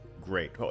great